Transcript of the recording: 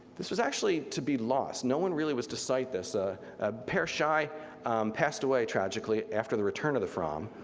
this was actually to be lost. no one really was to cite this. ah ah per schei passed away tragically after the return of the fram,